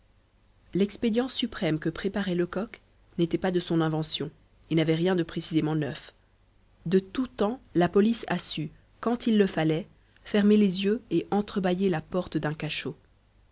l'expédient suprême que préparait lecoq n'était pas de son invention et n'avait rien de précisément neuf de tout temps la police a su quand il le fallait fermer les yeux et entre bailler la porte d'un cachot